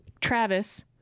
Travis